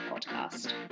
Podcast